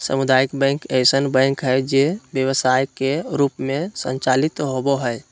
सामुदायिक बैंक ऐसन बैंक हइ जे व्यवसाय के रूप में संचालित होबो हइ